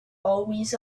always